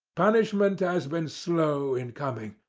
punishment has been slow in coming,